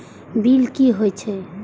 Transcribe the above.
Bill की हौए छै?